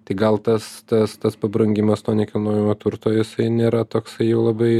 tai gal tas tas tas pabrangimas to nekilnojamo turto jisai nėra toksai jau labai